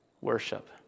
Worship